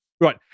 Right